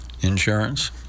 insurance